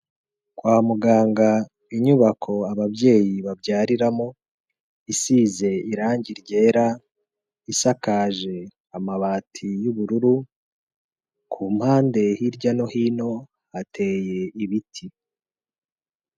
Kwa muganga inyubako ababyeyi babyariramo isize irange ryera, isakaje amabati y'ubururu, ku mpande hirya no hino hateye ibiti.